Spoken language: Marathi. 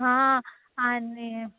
हां आणि